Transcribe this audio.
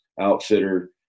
outfitter